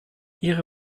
ihre